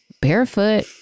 barefoot